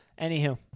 Anywho